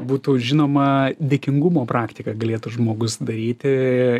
būtų žinoma dėkingumo praktika galėtų žmogus daryti